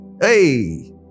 Hey